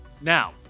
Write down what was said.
Now